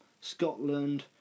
Scotland